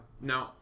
No